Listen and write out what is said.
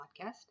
Podcast